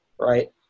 right